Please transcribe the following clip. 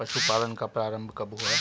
पशुपालन का प्रारंभ कब हुआ?